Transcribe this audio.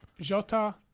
Jota